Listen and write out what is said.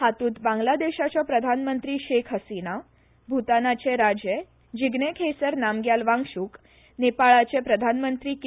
हात्रत बांगलादेशाच्यो प्रधानमंत्री शेख हसिना भुतानाचे राजे जिगने खेसर नामग्याल वांग्शुक नेपाळाचे प्रधानमंत्री के